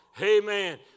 Amen